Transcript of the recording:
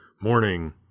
morning